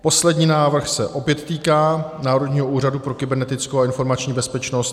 Poslední návrh se opět týká Národního úřadu pro kybernetickou a informační bezpečnost.